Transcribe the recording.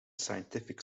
scientific